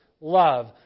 love